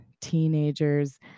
teenagers